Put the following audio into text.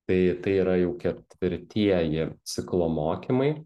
tai tai yra jau ketvirtieji ciklo mokymai